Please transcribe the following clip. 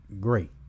great